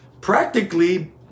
practically